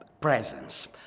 presence